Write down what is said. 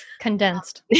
Condensed